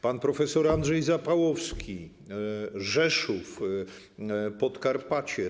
Pan prof. Andrzej Zapałowski, Rzeszów, Podkarpacie.